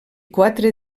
quatre